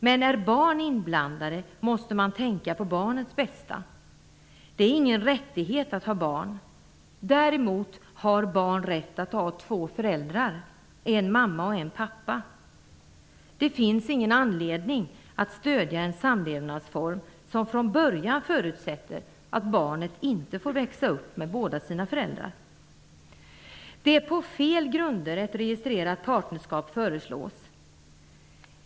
Men när barn är inblandade måste man tänka på barnets bästa. Det är ingen rättighet att ha barn. Däremot har barn rätt att ha två föräldrar, en mamma och en pappa. Det finns ingen anledning att stödja en samlevnadsform som från början förutsätter att barnet inte får växa upp med båda sina föräldrar. Det är på fel grunder som ett registrerat partnerskap föreslås.